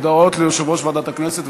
הודעות ליושב-ראש ועדת הכנסת.